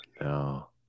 no